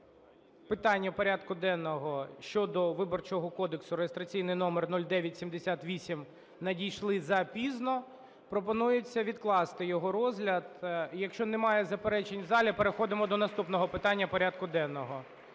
питання порядку денного щодо Виборчого кодексу (реєстраційний номер 0978) надійшли запізно, пропонується відкласти його розгляд. Якщо немає заперечень в залі, переходимо до наступного питання порядку денного.